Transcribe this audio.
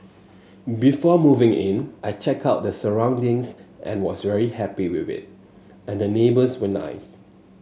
before moving in I checked out the surroundings and was very happy with it and the neighbours were nice